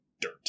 dirt